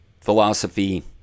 philosophy